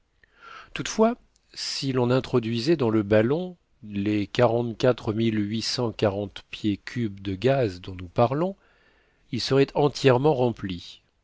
toutefois si l'on introduisait dans le ballon les quarante-quatre mille huit cent quarante pieds cubes de gaz dont nous parlons il serait entièrement rempli